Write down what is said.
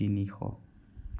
তিনিশ